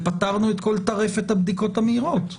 ופטרנו את כל טרפת הבדיקות המהירות לילדים.